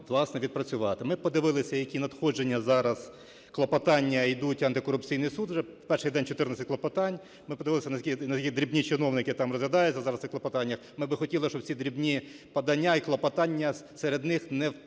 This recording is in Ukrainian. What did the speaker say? Ми подивилися, які надходження зараз, клопотання ідуть в Антикорупційний суд, вже в перший день 14 клопотань. Ми подивилися, наскільки дрібні чиновники там розглядаються зараз в цих клопотаннях. Ми би хотіли, щоби ці дрібні подання і клопотання, серед них не потонули